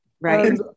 right